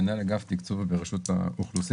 מנהל אגף תקצוב ברשות האוכלוסין.